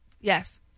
Yes